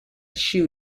shoe